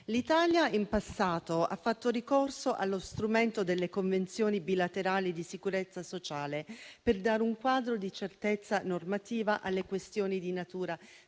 L'Italia in passato ha fatto ricorso allo strumento delle convenzioni bilaterali di sicurezza sociale per dare un quadro di certezza normativa alle questioni di natura